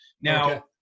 Now